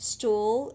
Stool